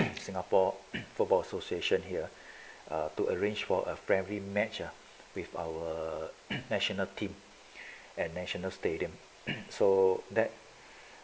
singapore football association here err to arrange for a primary match ah with our national team at national stadium so that